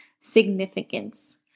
significance